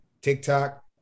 TikTok